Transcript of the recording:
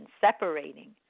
separating